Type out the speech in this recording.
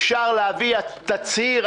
אפשר להביא תצהיר,